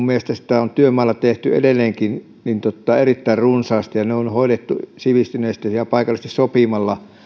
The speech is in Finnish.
mielestäni sitä on työmailla tehty edelleenkin erittäin runsaasti ja ne on hoidettu sivistyneesti ja ja paikallisesti sopimalla